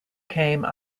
came